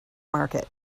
market